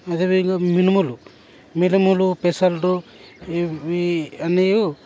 అదే విధంగా మినుములు మినుములు ఇవి అన్నియూ